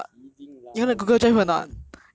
I kidding lah woman